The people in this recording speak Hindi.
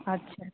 अच्छा